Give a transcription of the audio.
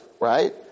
right